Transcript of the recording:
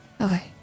Okay